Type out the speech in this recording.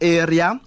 area